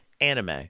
anime